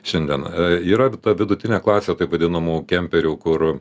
šiandien yra ta vidutinė klasė taip vadinamų kemperių kur